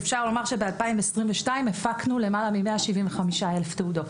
אפשר לומר שב-2022 הפקנו למעלה מ-175,000 תעודות,